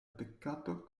peccato